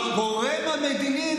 הגורם המדיני,